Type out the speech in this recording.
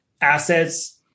assets